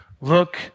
look